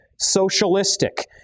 socialistic